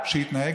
אף פעם לא,